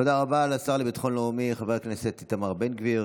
תודה רבה לשר לביטחון לאומי חבר הכנסת איתמר בן גביר.